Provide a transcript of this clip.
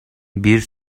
bir